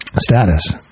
status